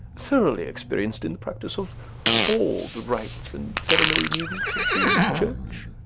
thoroughly experienced in the practice of all the rites and ceremonials of the church?